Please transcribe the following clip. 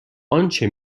آنچه